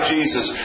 Jesus